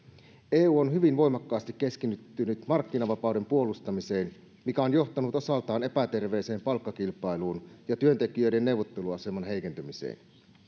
eu on hyvin voimakkaasti keskittynyt markkinavapauden puolustamiseen mikä on johtanut osaltaan epäterveeseen palkkakilpailuun ja työntekijöiden neuvotteluaseman heikentymiseen